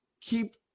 keep